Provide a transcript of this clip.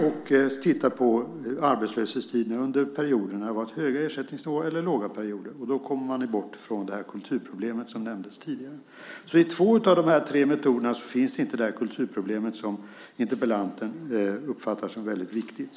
Man tittar på arbetslöshetstiderna under perioder när det har varit höga respektive låga ersättningsnivåer. Då kommer man bort från kulturproblemet som nämndes tidigare. I två av de här tre metoderna finns alltså inte det kulturproblem som interpellanten uppfattar som väldigt viktigt.